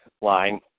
line